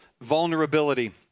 vulnerability